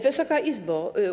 Wysoka Izbo!